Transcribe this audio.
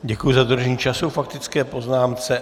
Děkuji za dodržení času k faktické poznámce.